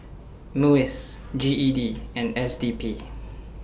Muis G E D and S D P